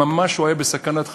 והוא ממש היה בסכנת חיים,